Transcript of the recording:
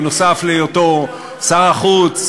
נוסף על היותו שר החוץ,